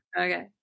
Okay